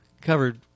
covered